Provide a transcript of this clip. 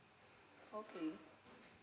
okay